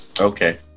Okay